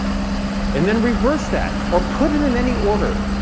and then reverse that or put it in any order.